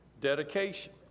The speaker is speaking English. dedication